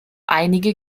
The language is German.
einige